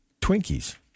Twinkies